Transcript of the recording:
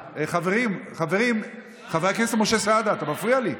סעדה, אתה מפריע לי.